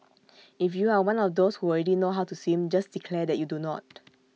if you are one of those who already know how to swim just declare that you do not